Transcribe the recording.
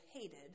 hated